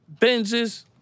Benzes